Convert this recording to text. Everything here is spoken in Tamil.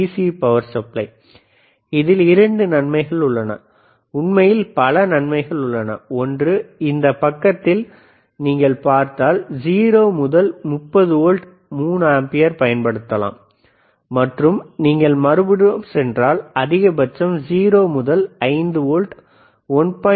சி பவர் சப்ளை இதில் 2 நன்மைகள் உள்ளன உண்மையில் பல நன்மைகள் உள்ளது ஒன்று இந்த பக்கத்தில் நீங்கள் பார்த்தால் 0 முதல் 30 வோல்ட் 3 ஆம்பியர் பயன்படுத்தலாம் மற்றும் நீங்கள் மறுபுறம் சென்றால் அதிகபட்சம் 0 முதல் 5 வோல்ட் 1